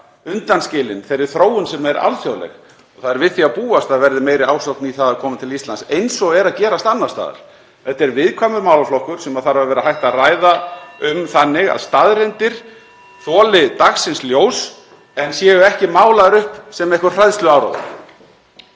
undanskilin þeirri þróun sem er alþjóðleg. Það er við því að búast að það verði meiri ásókn í það að koma til Íslands eins og er að gerast annars staðar. Þetta er viðkvæmur málaflokkur sem þarf að vera hægt að ræða um þannig að staðreyndir þoli dagsins ljós en séu ekki málaðar upp sem einhver hræðsluáróður.